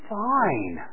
fine